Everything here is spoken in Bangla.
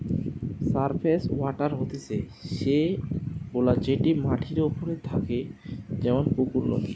সারফেস ওয়াটার হতিছে সে গুলা যেটি মাটির ওপরে থাকে যেমন পুকুর, নদী